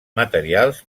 materials